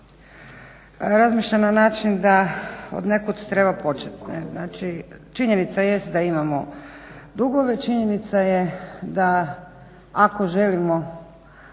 razmišlja na način da odnekud treba početi ne'. Znači, činjenica jest da imamo dugove, činjenica je da ako želimo